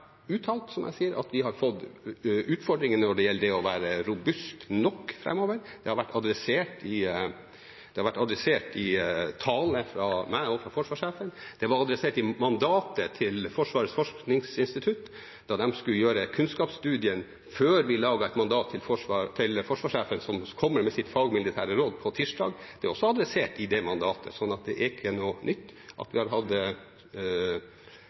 uttalt, som jeg sier, at vi har fått utfordringer når det gjelder det å være robust nok framover. Det har vært adressert i talene fra meg og fra forsvarssjefen. Det var adressert i mandatet til Forsvarets forskningsinstitutt da de skulle gjøre kunnskapsstudien før vi laget et mandat til forsvarssjefen, som kommer med sitt fagmilitære råd på tirsdag. Det er altså adressert i det mandatet. Så det er ikke noe nytt at vi har hatt